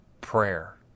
Prayer